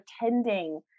pretending